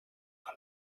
when